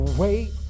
wait